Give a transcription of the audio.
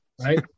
right